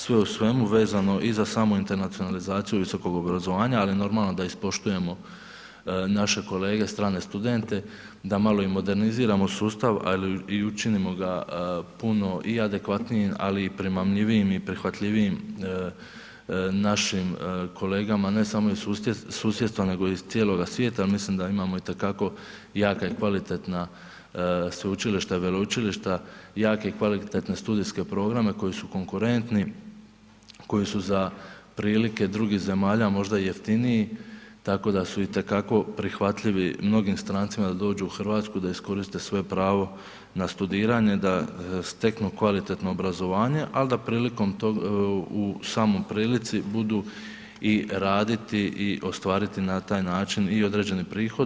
Sve u svemu vezano i za samu internacionalizaciju visokog obrazovanja, ali normalno da ispoštujemo naše kolege strane studente, da malo i moderniziramo sustav, ali i učinimo ga puno i adekvatnijim ali i primamljivijim i prihvatljivijim našim kolegama, ne samo iz susjedstva nego iz cijeloga svijeta, a mislim da imamo itekako jake i kvalitetna sveučilišta, veleučilišta, jake kvalitetne studijske programe koji su konkurentni, koji su za prilike drugih zemalja možda i jeftiniji, tako da su itekako prihvatljivi mnogim strancima da dođu u Hrvatsku, da iskoriste svoje pravo na studiranje, da steknu kvalitetno obrazovanje, ali da prilikom tog, u samoj prilici budu i raditi i ostvariti na taj način i određeni prihod.